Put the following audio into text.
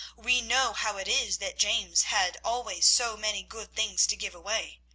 we know how it is that james had always so many good things to give away.